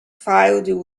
filled